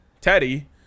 Teddy